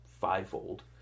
fivefold